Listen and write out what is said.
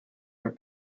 for